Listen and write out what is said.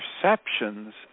perceptions